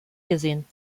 gesehen